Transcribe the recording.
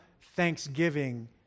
thanksgiving